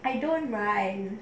I don't mind